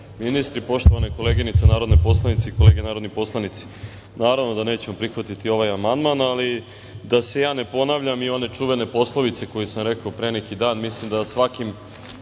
ministri, poštovane koleginice narodne poslanice i kolege narodni poslanici, naravno da nećemo prihvatiti ovaj amandman, ali da se ja ne ponavljam i one čuvene poslovice koju sam rekao pre neki dan,